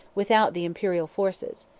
without the imperial forces,